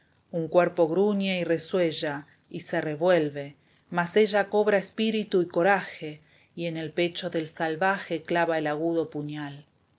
un cuerpo gruñe y resitella y se revuelve mas ella cobra espíritu y coraje esteban echbveeeía y en el pecho del salvaje clava el agudo puñal el